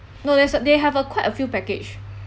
no there's uh they have uh quite a few package